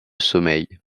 sommeil